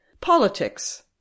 Politics